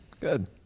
good